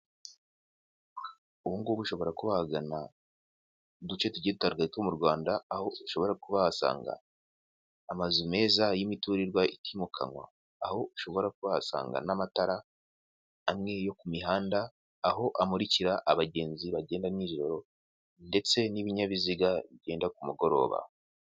Ubu ngubu ushobora kuba wagana uduce tugiye dutandukanye two mu Rwanda aho ushobora kuba wasanga, amazu meza y'imiturirwa itimukanwa aho ushobora kuhasanga n'amatara, amwe yo ku mihanda aho amurikira abagenzi bagenda nijoro ndetse n'ibinyabiziga bigenda ku mugoroba.